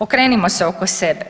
Okrenimo se oko sebe.